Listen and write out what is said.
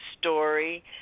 story